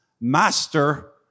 Master